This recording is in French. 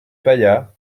paya